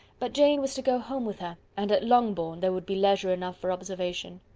but jane was to go home with her, and at longbourn there would be leisure enough for observation.